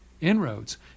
inroads